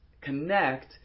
connect